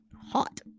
hot